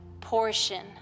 portion